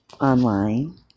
online